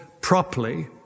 properly